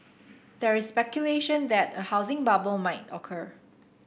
there is speculation that a housing bubble may occur